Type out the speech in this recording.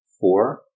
Four